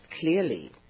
clearly